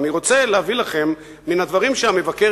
אבל אני רוצה להביא לכם מן הדברים שהמבקר